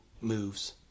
moves